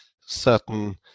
certain